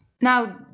Now